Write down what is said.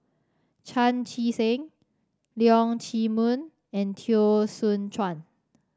Chan Chee Seng Leong Chee Mun and Teo Soon Chuan